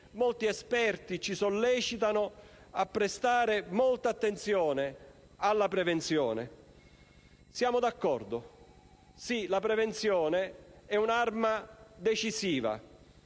molti esperti ci sollecitano a prestare molta attenzione alla prevenzione. Siamo d'accordo, perché la prevenzione è un'arma decisiva.